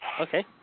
Okay